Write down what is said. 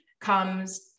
comes